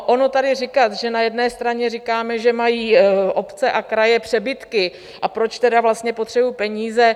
Ono tady říkal, že na jedné straně říkáme, že mají obce a kraje přebytky, a proč tedy vlastně potřebují peníze.